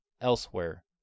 elsewhere